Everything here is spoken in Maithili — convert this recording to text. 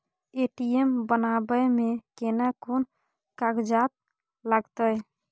ए.टी.एम बनाबै मे केना कोन कागजात लागतै?